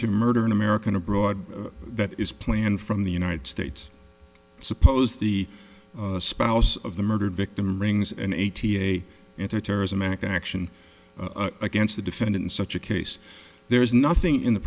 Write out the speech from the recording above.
to murder an american abroad that is planned from the united states suppose the spouse of the murdered victim rings an eighty eight into a terrorism act action against the defendant in such a case there is nothing in the